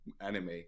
anime